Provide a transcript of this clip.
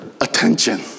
attention